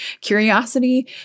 curiosity